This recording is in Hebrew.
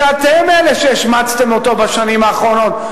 שאתם אלה שהשמצתם אותו בשנים האחרונות,